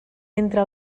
entre